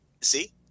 see